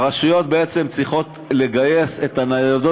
הרשויות בעצם צריכות לגייס את הניידות